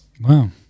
Wow